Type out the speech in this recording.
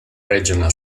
regional